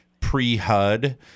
pre-HUD